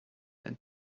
and